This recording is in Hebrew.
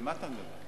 על מה אתה מדבר?